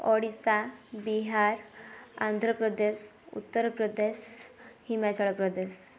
Odisha Bihar Andhra Pradesh Uttar Pradesh Himachal Pradesh